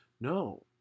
No